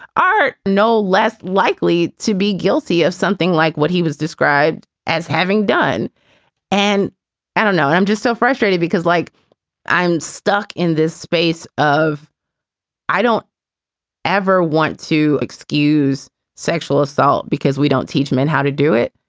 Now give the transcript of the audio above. art, no less likely to be guilty of something like what he was described as having done and i don't know. and i'm just so frustrated because like i'm stuck in this space of i don't ever want to excuse sexual assault because we don't teach me how to do it.